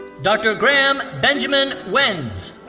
dr. graham benjamin wenz.